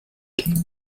ging